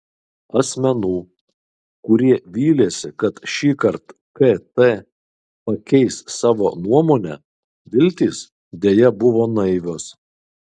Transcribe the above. asmenų kurie vylėsi kad šįkart kt pakeis savo nuomonę viltys deja buvo naivios